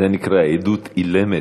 זה נקרא עדות אילמת.